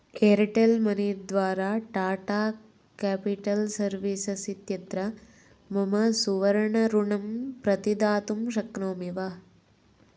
Airtel money द्वारा Tata capital services इत्यत्र मम सुवर्ण ऋणं प्रतिदातुं शक्नोमि वा